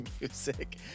music